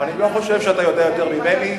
אני לא חושב שאתה יודע יותר ממני,